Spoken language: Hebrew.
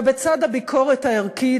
ובצד הביקורת הערכית,